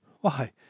Why